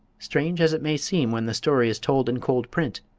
strange as it may seem when the story is told in cold print,